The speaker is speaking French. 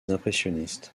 impressionnistes